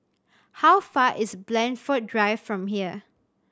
how far is Blandford Drive from here